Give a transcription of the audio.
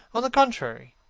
on the contrary,